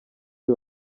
uyu